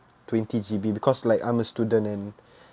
twenty G_B because like I'm a student and